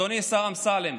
אדוני השר אמסלם,